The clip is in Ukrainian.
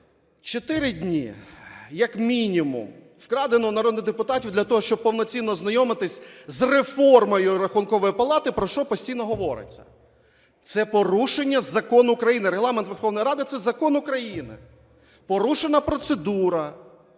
чотири дні як мінімум вкрадено у народних депутатів для того, щоб повноцінно ознайомитись з реформою Рахункової палати, про що постійно говориться. Це порушення закону України, Регламент Верховної Ради – це закон України. Порушена процедура